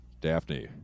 Daphne